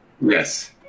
Yes